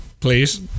please